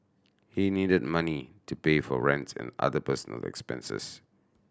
he needed money to pay for rents and other personal expenses